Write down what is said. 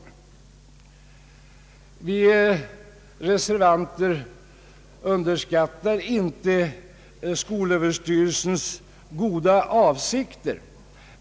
Vi reservanter underskattar inte skolöverstyrelsens goda avsikter.